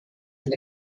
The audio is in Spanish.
del